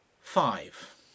Five